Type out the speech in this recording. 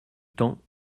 temps